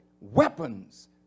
weapons